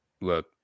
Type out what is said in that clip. look